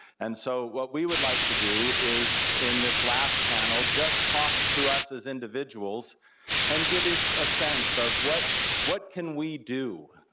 and so what we would like to do is in this last panel just talk to us as individuals and give you a sense of what what can we do,